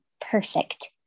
perfect